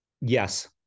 yes